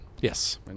Yes